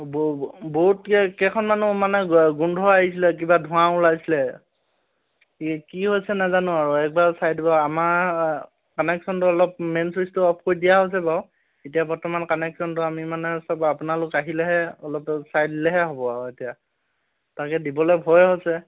ব বহুত কে কেইখন মানুহ মানে গ গোন্ধ আহিছিলে কিবা ধোঁৱা ওলাইছিলে কি কি হৈছে নাজানো আৰু একবাৰ চাই দিব আমাৰ আমাৰ কানেকশ্যনটো অলপ মেইন ছুইচটো অফ কৰি দিয়া হৈছে বাৰু এতিয়া বৰ্তমান কানেকশ্যনটো আমি মানে চব আপোনালোক আহিলেহে অলপ চাই দিলেহে হ'ব আৰু এতিয়া তাকে দিবলৈ ভয় হৈছে